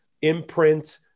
imprint